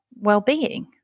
well-being